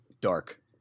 Dark